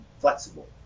flexible